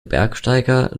bergsteiger